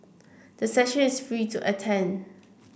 the session is free to attend